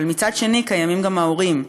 אבל מצד שני קיימים גם ההורים,